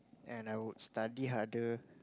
and I would study harder